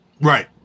right